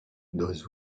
those